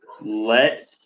let